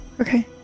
Okay